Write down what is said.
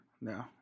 no